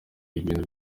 ibintu